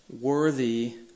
worthy